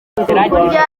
kurya